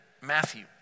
Matthew